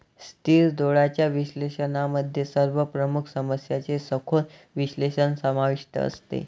स्थिर डोळ्यांच्या विश्लेषणामध्ये सर्व प्रमुख समस्यांचे सखोल विश्लेषण समाविष्ट असते